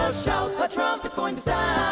shout a trumpet's goin' to